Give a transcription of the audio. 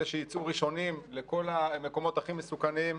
אלה שייצאו ראשונים לכל המקומות הכי מסוכנים,